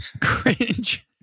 Cringe